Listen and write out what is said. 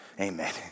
Amen